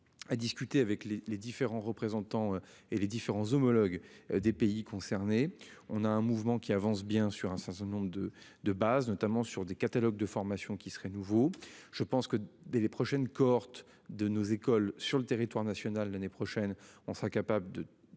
À discuter avec les, les différents représentants et les différents homologues des pays concernés. On a un mouvement qui avance bien sûr un certain nombre de de base notamment sur des catalogues de formation qui serait nouveau, je pense que dès les prochaines cohortes de nos écoles sur le territoire national l'année prochaine on sera capable de